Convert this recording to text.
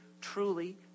truly